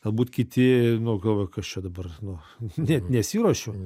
galbūt kiti nu galvoju kas čia dabar nu net nesiruošiu